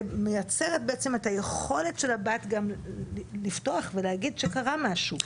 ומייצרת בעצם את היכולת של הבת גם לפתוח ולהגיד שקרה משהו.